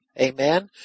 amen